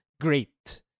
great